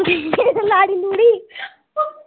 होर लाड़ी